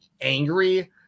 angry